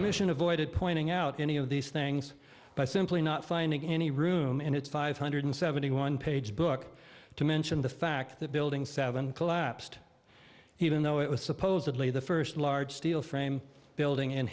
commission avoided pointing out any of these things by simply not finding any room in its five hundred seventy one page book to mention the fact that building seven collapsed even though it was supposedly the first large steel frame building in